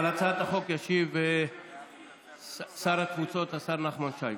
על הצעת החוק ישיב שר התפוצות, השר נחמן שי.